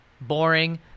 boring